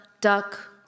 duck